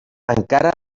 encara